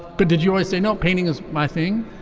but did you i say not painting is my thing.